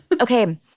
Okay